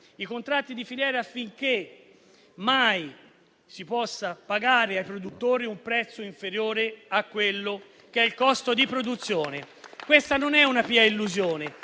sui contratti di filiera affinché mai si possa pagare ai produttori un prezzo inferiore al costo di produzione. Questa non è una pia illusione,